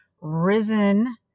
risen